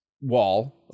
wall